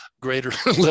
Greater